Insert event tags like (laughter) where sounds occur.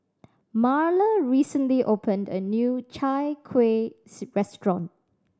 Marla recently opened a new Chai Kueh (unintelligible) restaurant